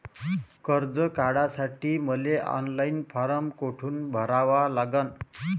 कर्ज काढासाठी मले ऑनलाईन फारम कोठून भरावा लागन?